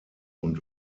und